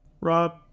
Rob